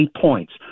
points